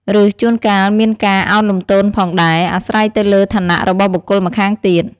ឬជួនកាលមានការឱនលំទោនផងដែរ អាស្រ័យទៅលើឋានៈរបស់បុគ្គលម្ខាងទៀត។